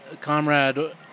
Comrade